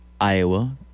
Iowa